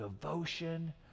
devotion